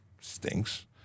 stinks